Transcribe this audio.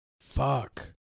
Fuck